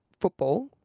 football